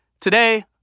today